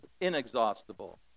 inexhaustible